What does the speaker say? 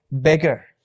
bigger